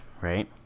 right